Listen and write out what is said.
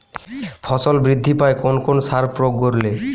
ফসল বৃদ্ধি পায় কোন কোন সার প্রয়োগ করলে?